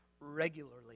regularly